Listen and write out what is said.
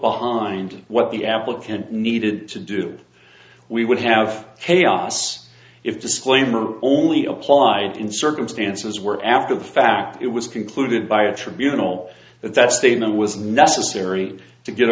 behind what the applicant needed to do we would have chaos if disclaimer only applied in circumstances where after the fact it was concluded by a tribunal that that statement was necessary to get